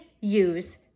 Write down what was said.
use